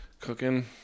cooking